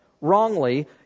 wrongly